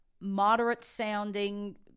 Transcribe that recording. moderate-sounding